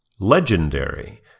Legendary